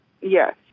Yes